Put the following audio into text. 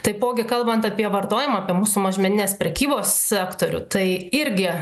taipogi kalbant apie vartojimą mūsų mažmeninės prekybos sektorių tai irgi